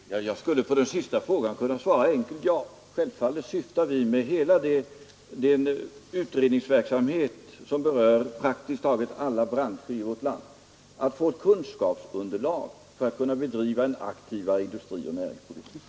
Herr talman! Jag skulle på den sista frågan kunna svara enkelt ja. Självfallet syftar vi med hela den utredningsverksamhet som berör praktiskt taget alla branscher i vårt land till att få ett kunskapsunderlag för att kunna bedriva en aktivare industrioch näringspolitik.